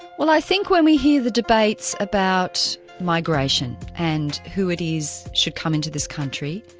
well i think when we hear the debates about migration and who it is should come into this country,